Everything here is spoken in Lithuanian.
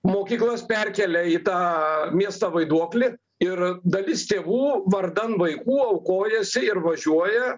mokyklos perkėlė į tą miestą vaiduoklį ir dalis tėvų vardan vaikų aukojasi ir važiuoja